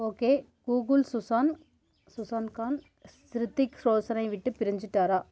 okay Google Sussanne Sussanne Khan Hrithik ரோஷனை விட்டுப் பிரிஞ்சுட்டாரா